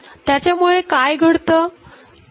त्याच्यामुळे काय घडतं